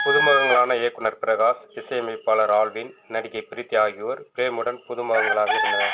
புது முகங்களான இயக்குனர் பிரகாஷ் இசையமைப்பாளர் ஆல்வின் நடிகை ப்ரீத்தி ஆகியோர் பிரேமுடன் புது முகங்களாக இருந்தனர்